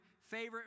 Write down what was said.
favorite